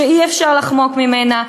שאי-אפשר לחמוק ממנה,